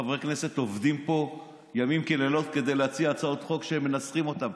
חברי כנסת עובדים פה לילות כימים כדי להציע הצעות חוק שהם מנסחים אותן,